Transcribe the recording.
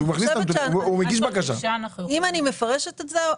אם אני מפרשת את זה,